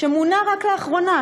שמונה רק לאחרונה,